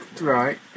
Right